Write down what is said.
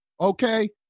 Okay